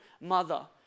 mother